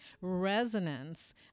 resonance